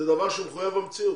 זה דבר שהוא מחויב המציאות.